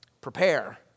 prepare